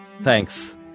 Thanks